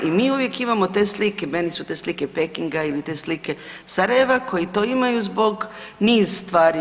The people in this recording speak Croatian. I mi uvijek imamo te slike, meni su te slike Pekinga ili te slike Sarajeva koji to imaju zbog niz stvari.